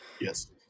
Yes